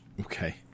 okay